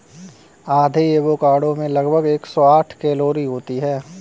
आधे एवोकाडो में लगभग एक सौ साठ कैलोरी होती है